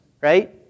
right